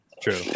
true